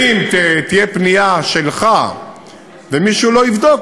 אם תהיה פנייה שלך ומישהו לא יבדוק,